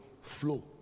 flow